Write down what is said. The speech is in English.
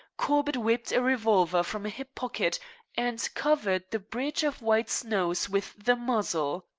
corbett whipped a revolver from a hip pocket and covered the bridge of white's nose with the muzzle.